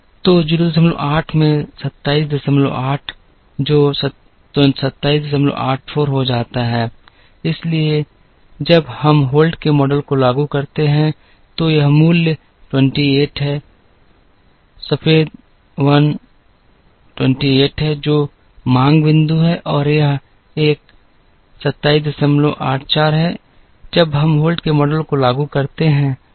तो 08 में 278 जो 2784 हो जाता है इसलिए जब हम होल्ट के मॉडल को लागू करते हैं तो यह मूल्य 28 है सफेद 1 28 है जो कि मांग बिंदु है और यह 1 2784 है जब हम होल्ट के मॉडल को लागू करते हैं